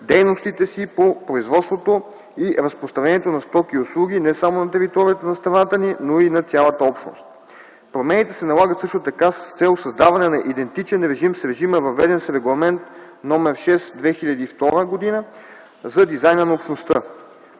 дейностите си по производството и разпространението на стоки и услуги не само на територията на страната ни, но и на цялата Общност. Промените се налагат също така с цел създаване на идентичен режим с режима, въведен с Регламент № 6/2002 за дизайна на Общността.